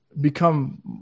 become